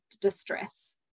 distress